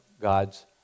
God's